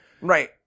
Right